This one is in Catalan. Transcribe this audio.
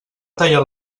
tallen